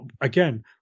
again